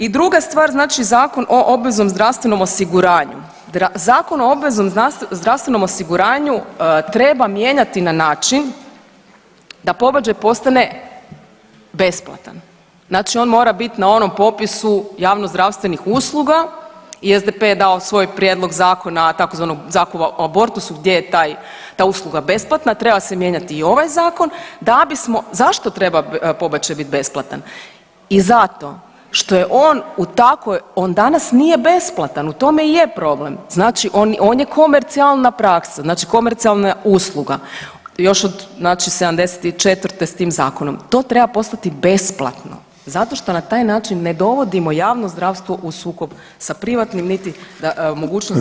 I druga stvar, znači Zakon o obveznom zdravstvenom osiguranju, Zakon o obveznom zdravstvenom osiguranju treba mijenjati na način da pobačaj postane besplatan, znači on mora bit na onom popisu javnozdravstvenih usluga i SDP je dao svoj prijedlog zakona tzv. Zakonu o abortusu gdje je taj, ta usluga besplatna, treba se mijenjati i ovaj zakon da bismo, zašto treba pobačaj bit besplatan i zato što je on u takvoj, on danas nije besplatan u tome i je problem znači on, on je komercijalna praksa, znači komercijalna usluga još od znači '74. s tim zakonom, to treba postati besplatno zato što na taj način ne dovodimo javno zdravstvo u sukob sa privatnim, niti mogućnost da se privatizira ta